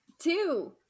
Two